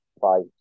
five